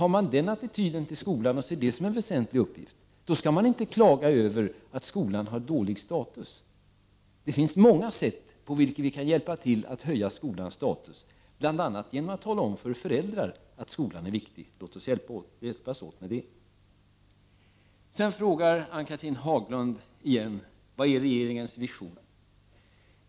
Har man den attityden till skolan och ser detta som en väsentlig uppgift, då skall man inte klaga över att skolan har en dålig status. Det finns många sätt på vilket vi kan hjälpa till att höja skolans status. Vi kan bl.a. tala om för föräldrar att skolan är viktig. Låt oss hjälpas åt med det. Ann-Cathrine Haglund frågar på nytt vilken vision regeringen har.